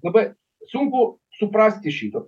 labai sunku suprasti šitą